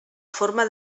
forma